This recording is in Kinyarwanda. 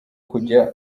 kujya